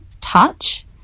touch